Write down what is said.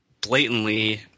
blatantly